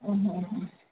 હમ